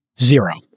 zero